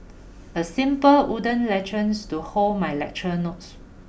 a simple wooden lectures to hold my lecture notes